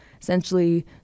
essentially